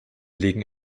liegen